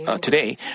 today